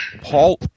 paul